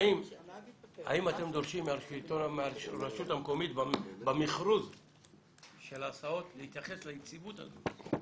האם אתם דורשים מהרשות המקומית במכרוז של ההסעות להתייחס ליציבות הזאת?